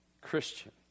Christian